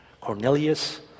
Cornelius